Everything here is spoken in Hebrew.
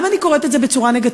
למה אני קוראת את זה בצורה נגטיבית?